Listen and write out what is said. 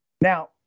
Now